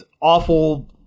awful